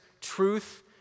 truth